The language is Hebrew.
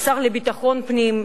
השר לביטחון פנים,